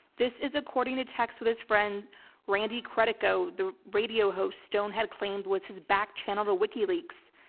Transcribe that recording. this is according to texts with his friend randy cretigo the radio host stone had claimed was his back channel to wikileaks.